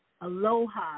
aloha